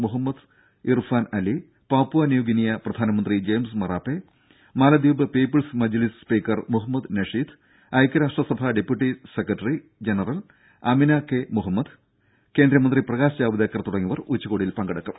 Muhammad Irfaan Ali Papua new guinea പ്രധാനമന്ത്രി James Marape മാലദ്വീപ് people's Majlis speaker Mohamed Nasheed ഐക്യരാഷ്ട്ര സഭ deputy secretary general Amina J Mohammed കേന്ദ്രമന്ത്രി പ്രകാശ് ജാവ്ദേക്കർ തുടങ്ങിയവർ ഉച്ചകോടിയിൽ പങ്കെടുക്കും